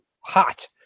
hot